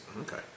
Okay